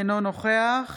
אינו נוכח